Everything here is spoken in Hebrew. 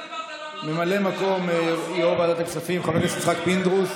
ממלא מקום יו"ר ועדת הכספים חבר הכנסת יצחק פינדרוס